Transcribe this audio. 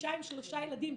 אישה עם שלושה ילדים,